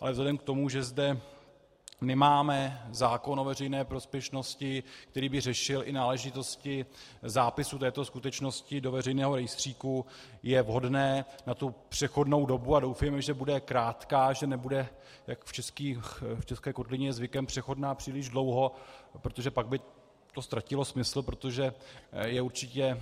Ale vzhledem k tomu, že zde nemáme zákon o veřejné prospěšnosti, který by řešil i náležitosti zápisu této skutečnosti do veřejného rejstříku, je vhodné na přechodnou dobu a doufejme, že bude krátká, že nebude, jak je v české kotlině zvykem, přechodná příliš dlouho, protože pak by to ztratilo smysl, protože je určitě